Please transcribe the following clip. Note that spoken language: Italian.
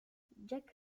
jack